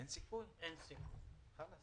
אין סיכוי שזה יעבור.